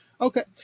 okay